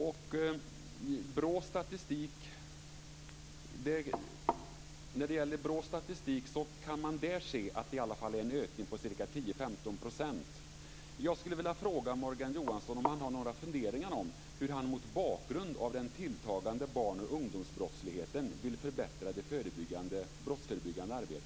I BRÅ:s statistik kan man se en ökning på 10-15 %.